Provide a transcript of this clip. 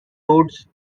roads